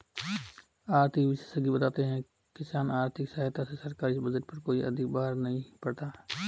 आर्थिक विशेषज्ञ बताते हैं किसान आर्थिक सहायता से सरकारी बजट पर कोई अधिक बाहर नहीं पड़ता है